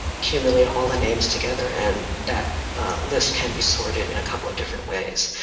accumulate all the names together, and that list can be sorted in a couple of different ways.